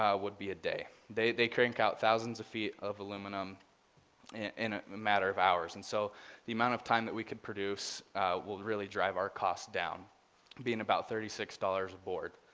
um would be a day. they they crank out thousands of feet of aluminum in a matter of hours, and so the amount of time that we could produce will really drive our costs down being about thirty six dollars board.